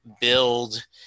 build